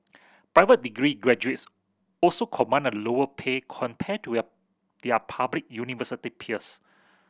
private degree graduates also command a lower pay compared to their public university peers